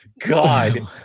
god